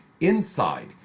inside